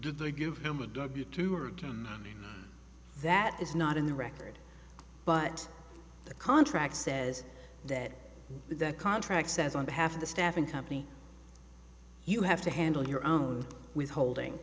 did they give them a w two or can that is not in the record but the contract says that the contract says on behalf of the staffing company you have to handle your own withholding